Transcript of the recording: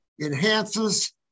enhances